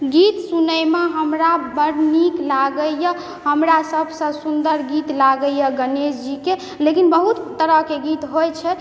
गीत सुनयमे हमरा बड़ नीक लागइए हमरा सबसँ सुन्दर गीत लागइए गणेश जीके लेकिन बहुत तरहके गीत होइ छै